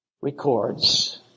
records